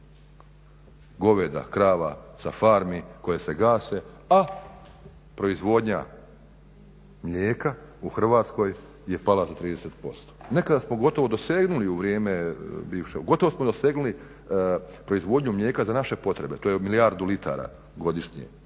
goveda, krava sa farmi koje se gase, a proizvodnja mlijeka u Hrvatskoj je pala za 30%. Nekad smo gotovo dosegnuli u vrijeme bivše, gotovo smo dosegnuli proizvodnju mlijeka za naše potrebe, to je milijardu litara godišnje,